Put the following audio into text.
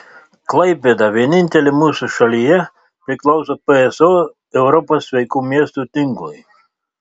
klaipėda vienintelė mūsų šalyje priklauso pso europos sveikų miestų tinklui